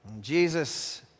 Jesus